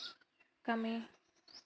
ᱠᱟᱹᱢᱤ